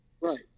Right